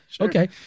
Okay